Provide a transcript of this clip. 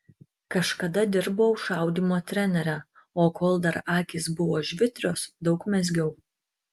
kažkada dirbau šaudymo trenere o kol dar akys buvo žvitrios daug mezgiau